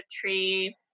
tree